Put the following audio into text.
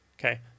Okay